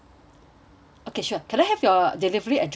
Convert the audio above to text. okay sure can I have your delivery address please